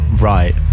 right